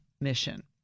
Mission